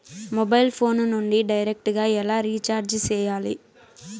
mobile phone నుండి direct గా ఎలా రీచార్జి సేయాలి